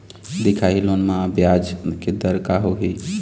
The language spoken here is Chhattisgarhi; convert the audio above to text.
दिखाही लोन म ब्याज के दर का होही?